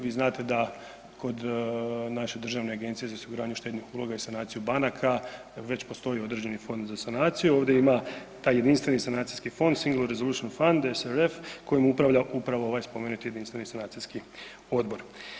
Vi znate da kod naše Državne agencije za osiguranje štednih uloga i sanaciju banaka već postoji određeni fond za sanaciju, ovdje ima taj jedinstveni sanacijski fond Single resolution fund SRF kojim upravlja upravo ovaj spomenuti jedinstveni sanacijski odbor.